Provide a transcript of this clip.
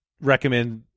recommend